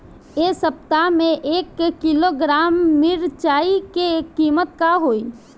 एह सप्ताह मे एक किलोग्राम मिरचाई के किमत का होई?